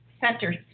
center